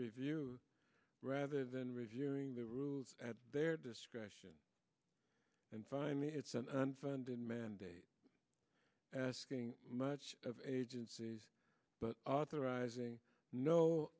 review rather than reviewing the rules at their discretion and finally it's an unfunded mandate asking much of agencies but authoriz